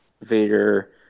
Vader